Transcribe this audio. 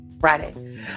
Friday